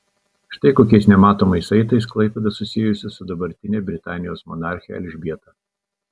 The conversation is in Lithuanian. štai kokiais nematomais saitais klaipėda susijusi su dabartine britanijos monarche elžbieta